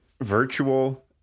virtual